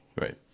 Right